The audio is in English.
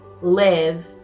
live